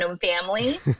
family